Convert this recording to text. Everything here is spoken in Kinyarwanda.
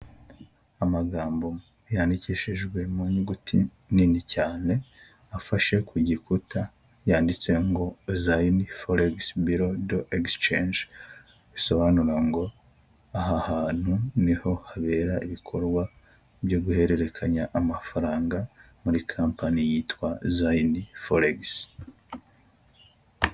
Amagambo yandikishijwe mu nyuguti nini cyane afashe ku gikuta yanditse ngo zayini foresi biro do esicangi, bisobanura ngo aha hantu niho habera ibikorwa byo guhererekanya amafaranga muri company yitwa zayini foresi.